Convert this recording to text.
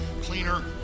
cleaner